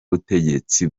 butegetsi